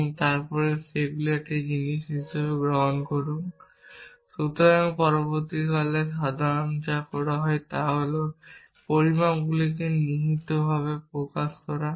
এবং তারপরে সেগুলিকে একটি জিনিস হিসাবে গ্রহণ করুন। সুতরাং পরিবর্তে সাধারণত যা করা হয় তা হল পরিমাপগুলিকে নিহিতভাবে প্রকাশ করা